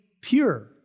pure